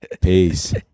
peace